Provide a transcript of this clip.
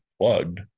plugged